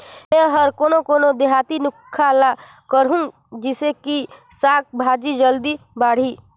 मै हर कोन कोन देहाती नुस्खा ल करहूं? जिसे कि साक भाजी जल्दी बाड़ही?